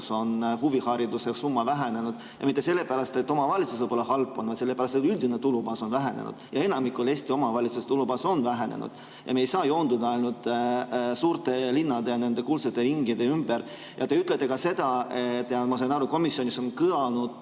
on huvihariduse summa vähenenud, ja mitte sellepärast, et omavalitsus võib-olla halb on, vaid sellepärast, et üldine tulubaas on vähenenud. Ja enamiku Eesti omavalitsuste tulubaas on vähenenud. Me ei saa joonduda ainult suurte linnade ja nende kuldsete ringide ümber. Te ütlete ka seda, ma sain aru, et komisjonis on kõlanud